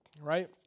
right